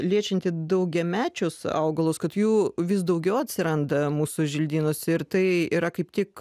liečiantį daugiamečius augalus kad jų vis daugiau atsiranda mūsų želdynuose ir tai yra kaip tik